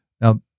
Now